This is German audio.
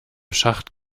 schacht